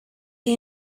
chi